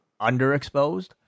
underexposed